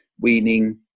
weaning